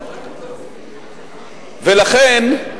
ולכן,